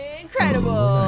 Incredible